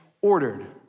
ordered